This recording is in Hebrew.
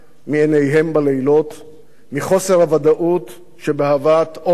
בלילות מחוסר הוודאות שבהבאת אוכל הביתה,